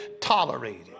tolerated